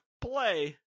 play